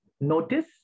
Notice